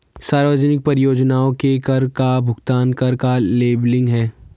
सार्वजनिक परियोजनाओं में कर का भुगतान कर का लेबलिंग है